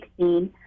2016